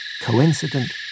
coincident